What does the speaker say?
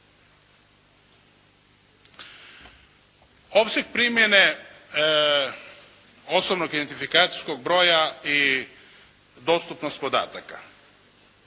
Opseg primjene osobnog identifikacijskog broja i dostupnost podataka.